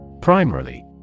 Primarily